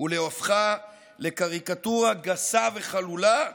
ולהפכה לקריקטורה גסה וחלולה,